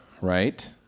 right